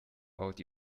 baut